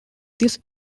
this